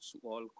small